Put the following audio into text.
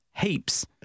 Heaps